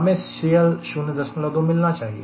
हमें CL 02 मिलना चाहिए